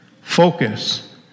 Focus